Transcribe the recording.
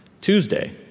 Tuesday